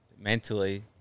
mentally